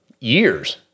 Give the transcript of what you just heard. years